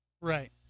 Right